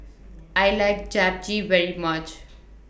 I like Japchae very much